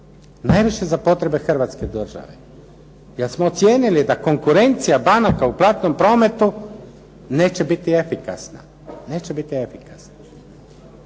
Najviše za potrebe hrvatske države. Jer smo ocijenili da konkurencija banaka u platnom prometu neće biti efikasna. Što znači baza